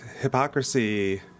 hypocrisy